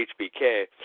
HBK